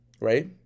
right